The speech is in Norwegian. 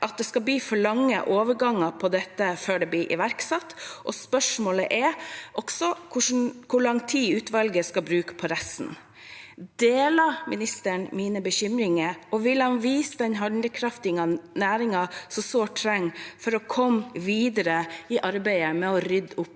at det skal bli for lange overganger på dette før det blir iverksatt, og spørsmålet er også hvor lang tid utvalget skal bruke på resten. Deler ministeren mine bekymringer, og vil han vise den handlekraften næringen så sårt trenger for å komme videre i arbeidet med å rydde opp